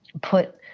put